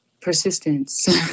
Persistence